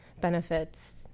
benefits